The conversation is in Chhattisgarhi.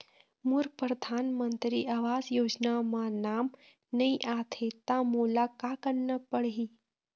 मोर परधानमंतरी आवास योजना म नाम नई आत हे त मोला का करना पड़ही?